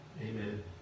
amen